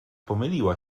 pomyliła